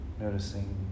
Noticing